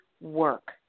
work